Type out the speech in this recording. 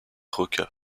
roca